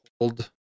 hold